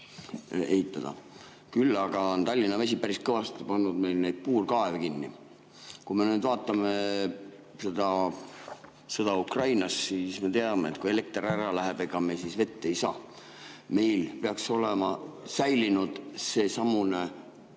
aastas. Küll aga on Tallinna Vesi päris kõvasti pannud meil neid puurkaeve kinni. Kui me vaatame sõda Ukrainas, siis me teame, et kui elekter ära läheb, ega me siis vett ei saa. Meil peaks olema säilinud seesamune